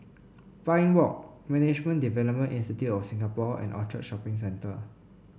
Pine Walk Management Development Institute of Singapore and Orchard Shopping Centre